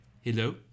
Hello